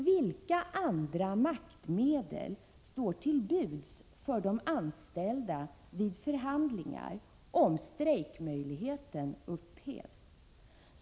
Vilka andra maktmedel står till buds för de anställda vid förhandlingar om strejkmöjligheten upphävs?